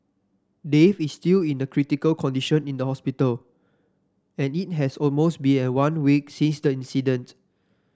Dave is still in critical condition in the hospital and it has almost been a one week since the incident